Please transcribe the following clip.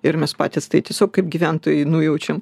ir mes patys tai tiesiog kaip gyventojai nujaučiau